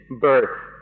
birth